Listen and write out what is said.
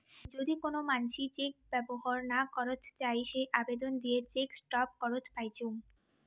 যদি কোন মানসি চেক ব্যবহর না করত চাই সে আবেদন দিয়ে চেক স্টপ করত পাইচুঙ